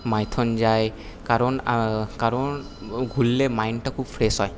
মাইথন যাই কারণ কারণ ঘুরলে মাইন্ডটা খুব ফ্রেস হয়